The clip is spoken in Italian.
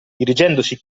dirigendosi